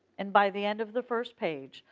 and by the end of the first page,